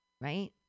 Right